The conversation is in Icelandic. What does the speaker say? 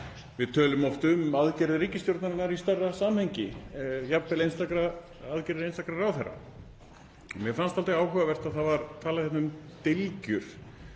Við tölum oft um aðgerðir ríkisstjórnarinnar í stærra samhengi, jafnvel aðgerðir einstakra ráðherra. Mér fannst dálítið áhugavert að talað var um dylgjur,